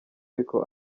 ariko